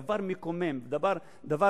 דבר מקומם, דבר